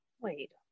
Wait